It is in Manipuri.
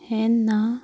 ꯍꯦꯟꯅ